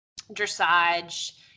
dressage